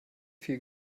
viel